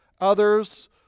Others